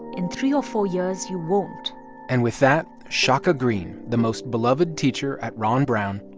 in three or four years, you won't and with that, shaka greene, the most beloved teacher at ron brown,